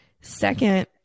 second